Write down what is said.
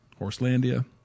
Horselandia